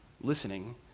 listening